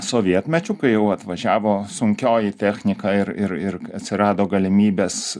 sovietmečiu kai jau atvažiavo sunkioji technika ir ir ir atsirado galimybės